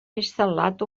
instal·lat